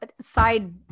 side